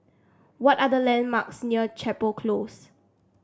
what are the landmarks near Chapel Close